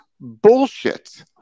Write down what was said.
bullshit